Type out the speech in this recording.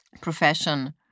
profession